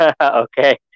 Okay